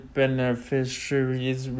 beneficiaries